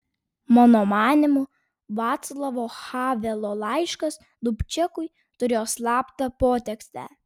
mano manymu vaclavo havelo laiškas dubčekui turėjo slaptą potekstę